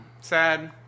sad